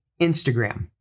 Instagram